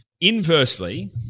Inversely